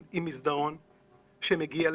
עם מסדרון שמגיע לשם,